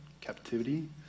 captivity